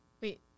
Wait